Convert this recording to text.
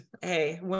hey